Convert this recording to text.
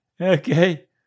Okay